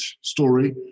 story